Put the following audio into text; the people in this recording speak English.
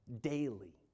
daily